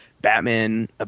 Batman